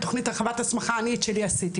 תכנית הרחבת הסמכה אני את שלי עשיתי,